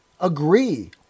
agree